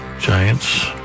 Giants